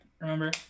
remember